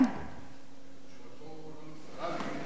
אני מקווה שהוא יגיע.